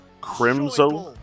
Crimson